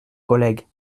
collègue